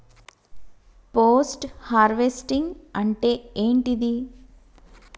Post harvesting అంటే ఏంటిది?